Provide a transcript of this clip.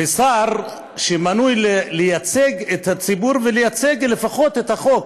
ושר שמנוי לייצג את הציבור ולייצג לפחות את החוק,